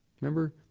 Remember